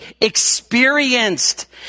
experienced